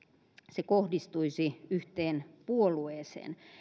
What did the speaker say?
se kohdistuisi yhteen puolueeseen